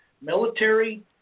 military